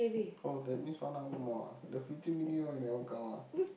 oh that means one hour more ah the fifteen minute one you never count ah